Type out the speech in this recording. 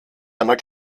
einer